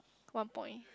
one point